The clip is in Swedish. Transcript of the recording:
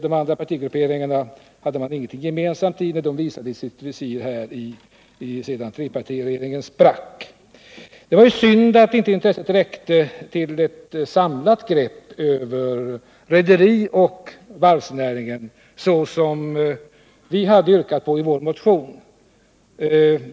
De andra partigrupperingarna hade de ingenting gemensamt med sedan dessa fällt upp sitt visir när trepartiregeringen hade spruckit. Det var dock synd att intresset inte räckte till ett samlat grepp över hela rederioch varvsnäringen, såsom vi hade yrkat i vår motion.